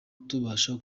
tubasha